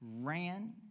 ran